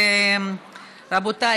רבותיי,